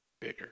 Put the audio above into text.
bigger